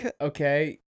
Okay